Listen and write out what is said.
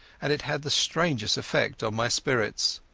and it had the strangest effect on my spirits.